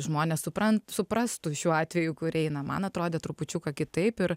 žmonės supran suprastų šiuo atveju kur eina man atrodė trupučiuką kitaip ir